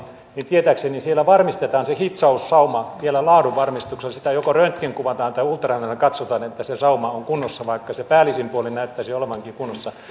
niin tietääkseni siellä varmistetaan se hitsaussauma vielä laadunvarmistuksella se joko röntgenkuvataan tai ultraäänellä katsotaan että se sauma on kunnossa vaikka se päällisin puolin näyttäisikin olevan kunnossa